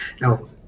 No